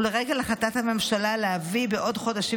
ולרגל החלטת הממשלה להביא בעוד חודשים